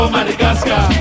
Madagascar